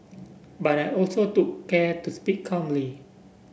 but I also took care to speak calmly